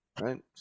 Right